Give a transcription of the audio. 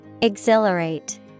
Exhilarate